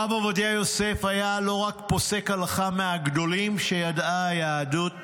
הרב עובדיה יוסף היה לא רק פוסק הלכה מהגדולים שידעה היהדות